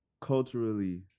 culturally